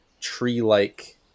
tree-like